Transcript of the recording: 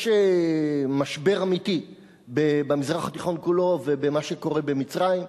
יש משבר אמיתי במזרח התיכון כולו ובמה שקורה במצרים,